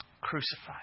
crucified